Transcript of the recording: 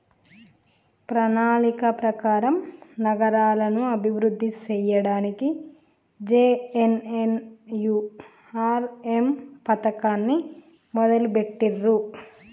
ప్రణాళిక ప్రకారం నగరాలను అభివృద్ధి సేయ్యడానికి జే.ఎన్.ఎన్.యు.ఆర్.ఎమ్ పథకాన్ని మొదలుబెట్టిర్రు